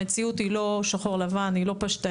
המציאות היא לא שחור-לבן, היא לא פשטנית.